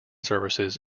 services